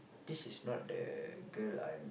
this is not the girl I'm